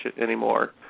anymore